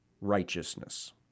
righteousness